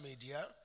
media